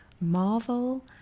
Marvel